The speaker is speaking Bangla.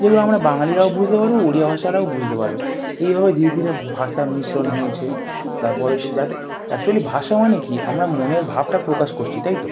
যেগুলো আমরা বাঙালিরাও বুঝতে পারবো ওড়িয়া ভাষারাও বুঝতে পারবে এইভাবে ধীরে ধীরে ভাষা মিশ্রণ হয়েছে তারপর হচ্ছে যাদের অ্যাকচুয়ালি ভাষা মানে কী আমরা মনের ভাবটা প্রকাশ করছি তাই তো